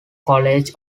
college